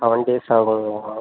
seven days ஆகுங்களா